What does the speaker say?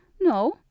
No